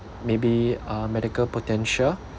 maybe uh medical potential